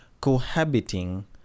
cohabiting